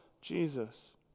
Jesus